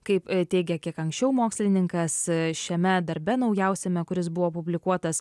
kaip teigia kiek anksčiau mokslininkas šiame darbe naujausiame kuris buvo publikuotas